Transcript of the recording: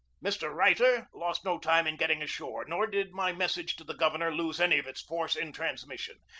mr. reiter lost no time in getting ashore, nor did my message to the governor lose any of its force in transmission.